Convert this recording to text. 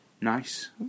Nice